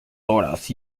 horas